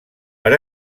per